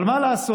אבל מה לעשות